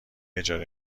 اجاره